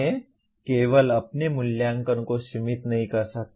मैं केवल अपने मूल्यांकन को सीमित नहीं कर सकता